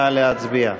נא להצביע.